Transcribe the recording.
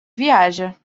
viaja